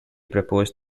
proposed